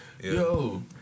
Yo